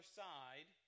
side